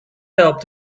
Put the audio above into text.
help